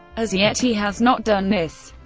as yet he has not done this.